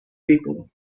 people